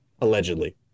allegedly